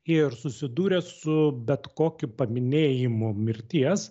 ir susidūrę su bet kokiu paminėjimu mirties